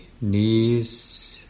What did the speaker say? knees